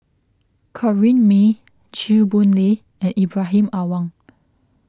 Corrinne May Chew Boon Lay and Ibrahim Awang